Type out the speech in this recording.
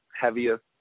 heaviest